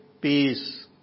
peace